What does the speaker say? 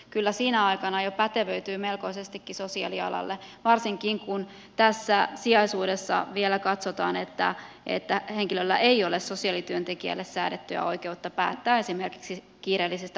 kyllä sinä aikana jo pätevöityy melkoisestikin sosiaalialalle varsinkin kun tässä sijaisuudessa vielä katsotaan että henkilöllä ei ole sosiaalityöntekijälle säädettyä oikeutta päättää esimerkiksi kiireellisistä huostaanotoista